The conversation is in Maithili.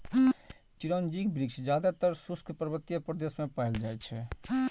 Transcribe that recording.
चिरौंजीक वृक्ष जादेतर शुष्क पर्वतीय प्रदेश मे पाएल जाइ छै